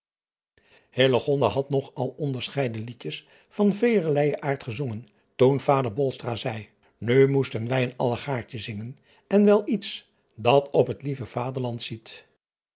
had nog al onderscheiden iedjes van velerleijen aard gezongen toen vader zei u moesten wij een allegaartje zingen en weliets dat op het lieve aderland ziet